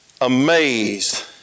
amazed